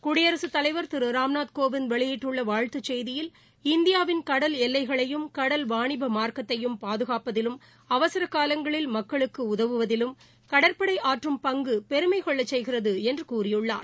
குடியரசுத் தலைவர் திரு ராம்நாத் கோவிந்த் வெளியிட்டுள்ள வாழ்த்துச் செய்தியில் இந்தியாவின் கடல் எல்லைகளையும் கடல் வாணிப மார்க்கத்தையும் பாதுகாப்பதிலும் அவசரக் காலங்களில் மக்களுக்கு உதவுதிலும் கடற்படை ஆற்றும் பங்கு பெருமை கொள்ளச் செய்கிறது என்றார்